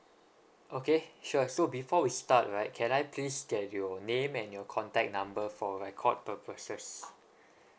okay sure so before we start right can I please get your name and your contact number for record purposes